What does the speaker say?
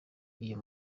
iyo